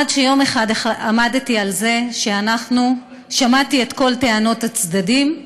עד שיום אחד שמעתי את כל טענות הצדדים,